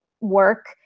work